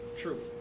True